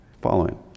Following